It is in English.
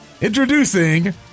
Introducing